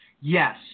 Yes